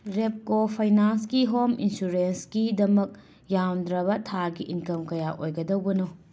ꯔꯦꯞꯀꯣ ꯐꯩꯅꯥꯟꯁꯀꯤ ꯍꯣꯝ ꯏꯟꯁꯨꯔꯦꯟꯁꯀꯤꯗꯃꯛ ꯌꯥꯝꯗ꯭ꯔꯕ ꯊꯥꯒꯤ ꯏꯟꯀꯝ ꯀꯌꯥ ꯑꯣꯏꯒꯗꯧꯕꯅꯣ